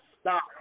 stop